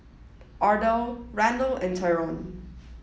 Ardelle Randal and Tyron